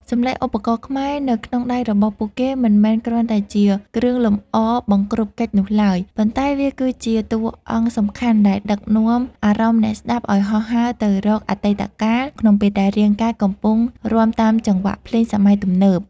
សំឡេងឧបករណ៍ខ្មែរនៅក្នុងដៃរបស់ពួកគេ មិនមែនគ្រាន់តែជាគ្រឿងលម្អបង្គ្រប់កិច្ចនោះឡើយ ប៉ុន្តែវាគឺជាតួអង្គសំខាន់ដែលដឹកនាំអារម្មណ៍អ្នកស្តាប់ឱ្យហោះហើរទៅរកអតីតកាល ក្នុងពេលដែលរាងកាយកំពុងរាំតាមចង្វាក់ភ្លេងសម័យទំនើប។